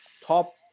top